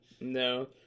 no